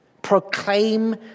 Proclaim